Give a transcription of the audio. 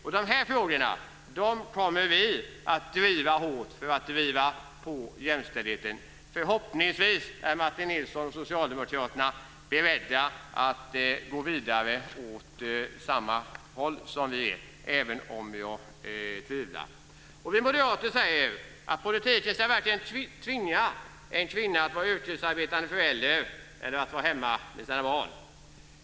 De här frågorna kommer vi att driva hårt för att driva på jämställdheten. Förhoppningsvis är Martin Nilsson och Socialdemokraterna beredda att gå vidare åt samma håll som vi, även om jag tvivlar på det. Vi moderater säger att politiken inte ska tvinga en kvinna att vare sig vara yrkesarbetande förälder eller att vara hemma med sina barn.